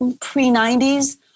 pre-90s